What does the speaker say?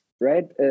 right